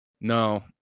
No